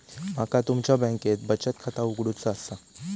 माका तुमच्या बँकेत बचत खाता उघडूचा असा?